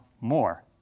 more